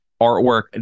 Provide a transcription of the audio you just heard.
artwork